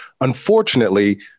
Unfortunately